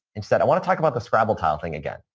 instead, i want to talk about the scrabble tile thing again.